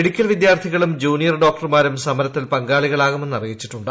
medical വിദ്യാർത്ഥികളും junior ഡോക്ടർമാരും സമരത്തിൽ പങ്കാളികളാകുമെന്ന് അറിയിച്ചിട്ടുണ്ട്